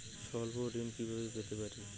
স্বল্প ঋণ কিভাবে পেতে পারি?